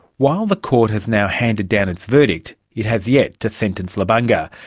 while the court has now handed down its verdict, it has yet to sentence lubanga.